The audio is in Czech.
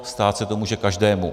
Stát se to může každému.